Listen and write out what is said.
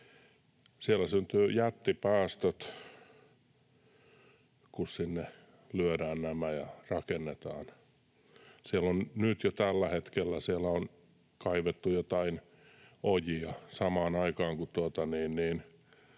Siellä syntyy jättipäästöt, kun sinne lyödään nämä ja rakennetaan. Nyt jo tällä hetkellä siellä on kaivettu joitain ojia. Samanaikaisesti, kun